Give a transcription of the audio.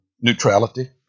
neutrality